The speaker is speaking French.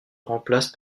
remplace